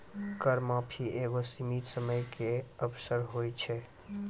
कर माफी एगो सीमित समय के अवसर होय छै